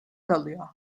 kalıyor